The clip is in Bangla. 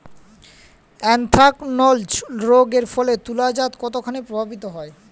এ্যানথ্রাকনোজ রোগ এর ফলে তুলাচাষ কতখানি প্রভাবিত হয়?